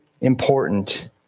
important